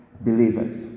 believers